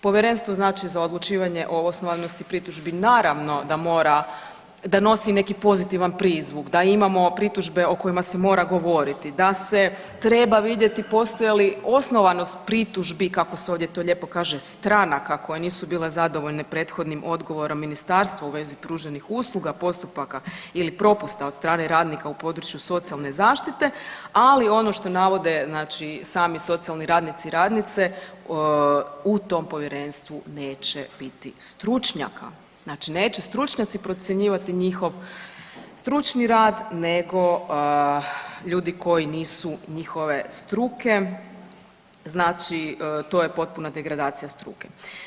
Povjerenstvo znači za odlučivanje o osnovanosti pritužbi naravno da mora, da nosi neki pozitivan prizvuk, da imamo pritužbe o kojima se mora govoriti, da se treba vidjeti postoje li osnovanost pritužbi kako se ovdje to lijepo kaže stranaka koje nisu bile zadovoljne prethodnim odgovorom ministarstva u vezi pruženih usluga, postupaka ili propusta od strane radnika u području socijalne zaštite, ali ono što navode znači sami socijalni radnici i radnice u tom povjerenstvu neće biti stručnjaka, znači neće stručnjaci procjenjivati njihov stručni rad nego ljudi koji nisu njihove struke, znači to je potpuna degradacija struke.